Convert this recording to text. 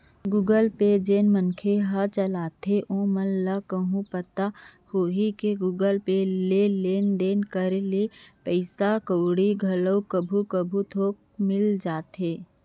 Google Pay जेन मनखे हर चलाथे ओमन ल एहू पता होही कि गुगल पे ले लेन देन करे ले पइसा कउड़ी घलो कभू कभू थोक मिल जाथे